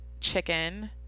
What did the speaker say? chicken